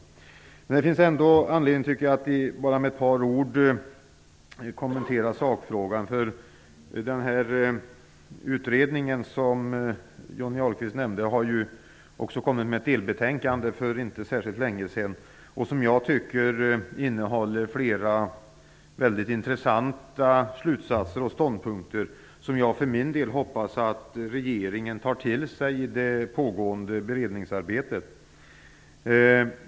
Men det finns ändå anledning att bara med några få ord kommentera sakfrågan. Delbetänkandet för inte länge sedan från den utredning som Johnny Ahlqvist nämnde innehåller flera väldigt intressanta slutsatser och ståndpunkter, som jag för min del hoppas att regeringen tar till sig i det pågående beredningsarbetet.